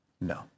No